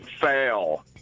fail